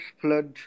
flood